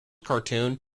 cartoon